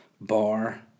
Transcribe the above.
Bar